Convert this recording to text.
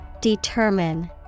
Determine